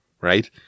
right